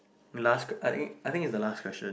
last que~ I think I think it's the last question